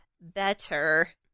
better